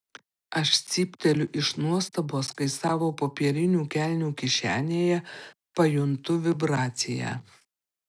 aš cypteliu iš nuostabos kai savo popierinių kelnių kišenėje pajuntu vibraciją